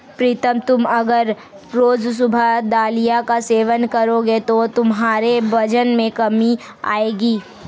प्रीतम तुम अगर रोज सुबह दलिया का सेवन करोगे तो तुम्हारे वजन में कमी आएगी